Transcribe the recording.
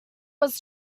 was